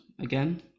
again